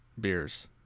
beers